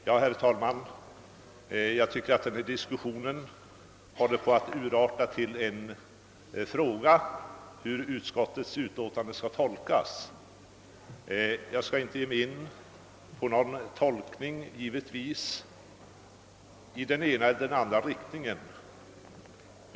Herr talman! Jag tycker att denna diskussion håller på att urarta till en fråga om hur utskottsutlåtandet skall tolkas. Jag skall givetvis inte ge mig in på en tolkning i den ena eller andra riktningen.